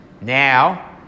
Now